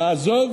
לעזוב